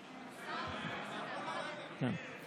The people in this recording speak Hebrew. כן.